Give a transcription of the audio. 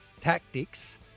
tactics